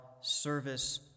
service